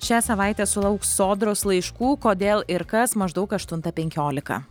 šią savaitę sulauks sodros laiškų kodėl ir kas maždaug aštuntą penkiolika